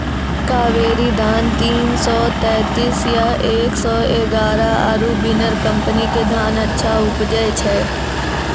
कावेरी धान तीन सौ तेंतीस या एक सौ एगारह आरु बिनर कम्पनी के धान अच्छा उपजै छै?